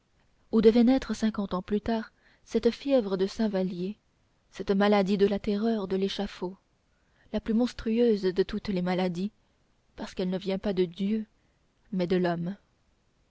où devait naître cinquante ans plus tard cette fièvre de saint vallier cette maladie de la terreur de l'échafaud la plus monstrueuse de toutes les maladies parce qu'elle ne vient pas de dieu mais de l'homme